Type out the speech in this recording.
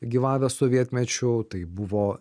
gyvavęs sovietmečiu tai buvo